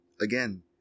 again